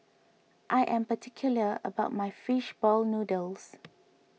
I am particular about my Fish Ball Noodles